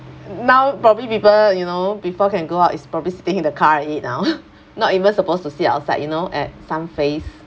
now probably people you know people can go out it's probably sitting in car eat now not even supposed to sit outside you know at some phase